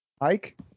Mike